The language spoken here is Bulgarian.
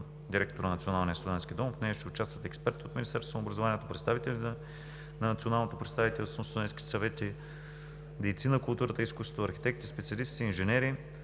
директора на Националния студентски дом. В нея ще участват експерти от Министерството на образованието, представители на Националното представителство на студентските съвети, дейци на културата и изкуството, архитекти, специалисти, инженери,